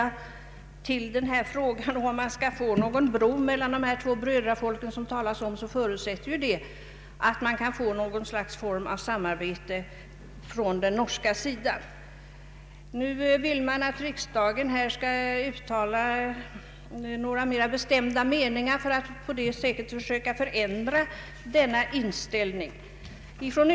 Om vi — jag uttalar ingen mening i sakfrågan — skall få någon sådan bro mellan de två brödrafolken, som det här talats om, förutsätter detta någon form av samarbete mellan Sverige och Norge. Motionärerna vill att riksdagen skall uttala några mera bestämda meningar för att på detta sätt försöka ändra den inställningen.